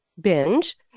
binge